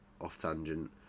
off-tangent